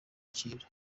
kintu